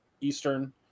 Eastern